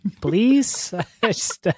please